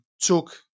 took